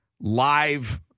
live